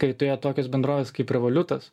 kai atėjo tokios bendrovės kaip revolutas